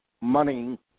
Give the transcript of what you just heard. money